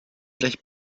gleich